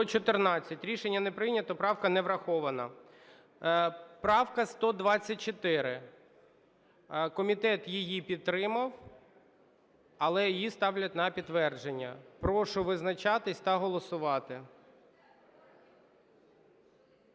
За-114 Рішення не прийнято. Правка не врахована. Правка 124. Комітет її підтримав. Але її ставлять на підтвердження. Прошу визначатись та голосувати.